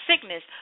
sickness